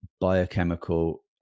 biochemical